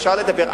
אפשר לדבר,